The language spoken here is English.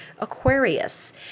Aquarius